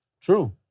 true